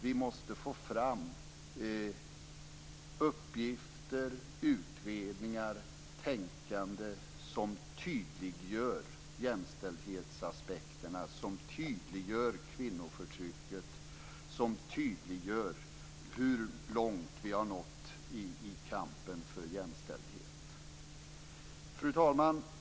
Det måste komma fram uppgifter, utredningar och ett tänkande som tydliggör jämställdhetsaspekterna, som tydliggör kvinnoförtrycket, som tydliggör hur långt vi har nått i kampen för jämställdhet. Fru talman!